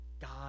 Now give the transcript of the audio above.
God